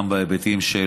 גם בהיבטים של